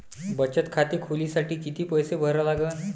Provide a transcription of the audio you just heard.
बचत खाते खोलासाठी किती पैसे भरा लागन?